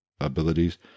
abilities